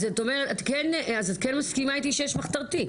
אז את כן מסכימה איתי שיש מחתרתי.